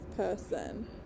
person